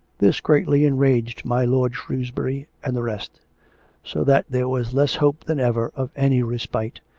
this greatly enraged my lord shrewsbury and the rest so that there was less hope than ever of any respite,